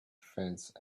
fence